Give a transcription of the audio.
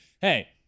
hey